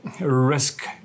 risk